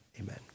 amen